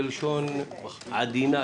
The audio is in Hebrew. בלשון עדינה,